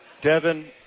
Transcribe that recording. Devin